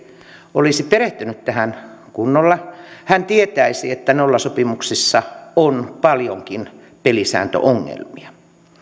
olisi perehtynyt tähän kunnolla hän tietäisi että nollasopimuksissa on paljonkin pelisääntöongelmia